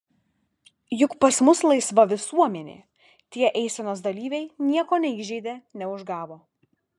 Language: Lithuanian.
juk pas mus laisva visuomenė tie eisenos dalyviai nieko neįžeidė neužgavo